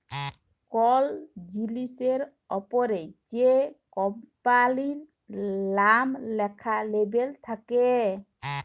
call জিলিসের অপরে যে কম্পালির লাম ল্যাখা লেবেল থাক্যে